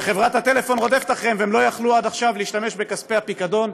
וחברת הטלפון רודפת אחריהם והם לא יכלו עד עכשיו להשתמש בכספי הפיקדון.